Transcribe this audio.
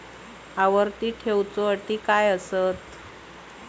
आवर्ती ठेव च्यो अटी काय हत?